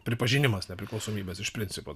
pripažinimas nepriklausomybės iš principo